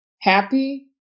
happy